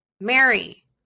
Mary